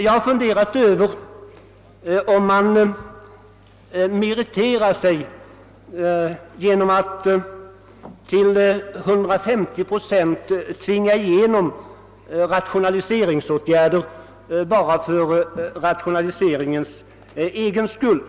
Jag har funderat över om man meriterar sig genom att till 100 procent tvinga igenom rationaliseringsåtgärder bara för rationaliseringens egen skull.